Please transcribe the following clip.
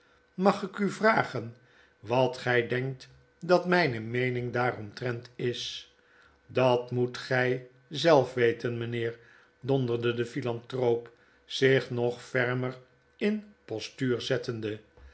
mag ik u vragen wat gg denkt dat mpe meening daaromtrent is dat moet gg zelfweten meneer donderde de philanthroop zich nog fermer in postuur zettende